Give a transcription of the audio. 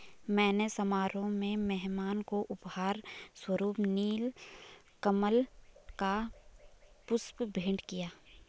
मैंने समारोह में मेहमान को उपहार स्वरुप नील कमल का पुष्प भेंट किया